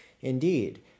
Indeed